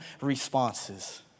responses